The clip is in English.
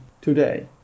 today